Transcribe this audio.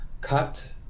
cut